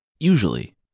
Usually